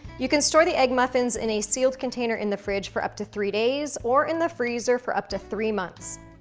you can store the egg muffins in a sealed container in the fridge for up to three days, or in the freezer for up to three months.